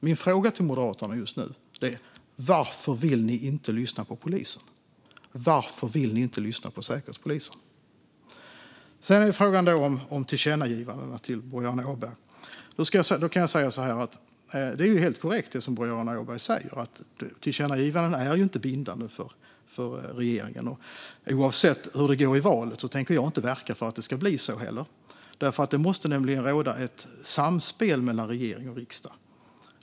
Min fråga till Moderaterna är: Varför vill ni inte lyssna på polisen och Säkerhetspolisen? Boriana Åberg säger helt korrekt att tillkännagivanden inte är bindande för regeringen, och oavsett hur det går i valet tänker jag inte verka för att det blir så. Det måste nämligen råda ett samspel mellan regering och riksdag.